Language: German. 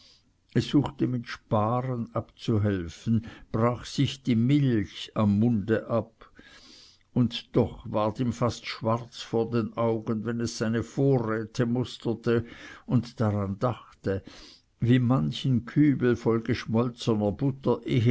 suchte mit sparen abzuhelfen brach sich die milch am munde ab und doch ward ihm fast schwarz vor den augen wenn es seine vorräte musterte und dann dachte wie manchen kübel voll geschmolzener butter